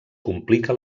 complica